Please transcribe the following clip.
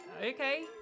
Okay